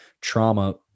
trauma